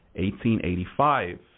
1885